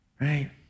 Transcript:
right